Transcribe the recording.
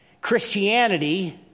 Christianity